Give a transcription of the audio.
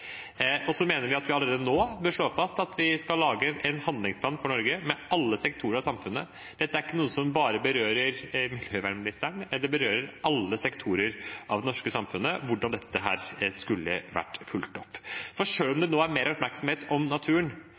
mener at vi allerede nå bør slå fast at vi skal lage en handlingsplan for Norge med alle sektorer av samfunnet. Dette er ikke noe som bare berører miljøvernministeren, det berører alle sektorer av det norske samfunnet hvordan dette skulle vært fulgt opp. For selv om det nå er mer oppmerksomhet om naturen,